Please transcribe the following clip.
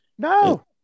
No